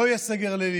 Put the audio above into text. לא יהיה סגר לילי.